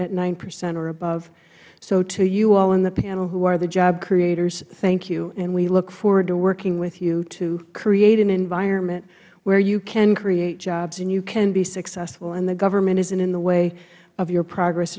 at nine percent or above so to you all in the panel who are the job creators thank you and we look forward to working with you to create an environment where you can create jobs and you can be successful and the government isnt in the way of your progress